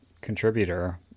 contributor